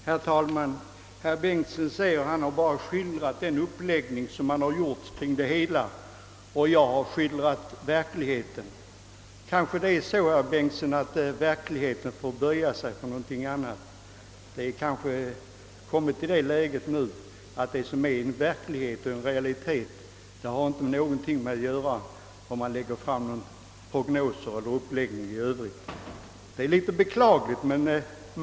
Herr talman! Herr Bengtson säger att han bara skildrat frågans uppläggning. Jag har skildrat verkligheten. Kanske verkligheten får böja sig för någonting annat. Det kanske har kommit till det läget nu att verkligheten inte har något att göra med prognoser eller uppläggningen i övrigt. Det är beklagligt.